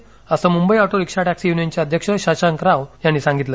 असे Mumbai auto rickshaw taxi युनियनचे अध्यक्ष शशांक राव यांनी सांगितले